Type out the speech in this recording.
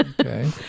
Okay